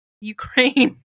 Ukraine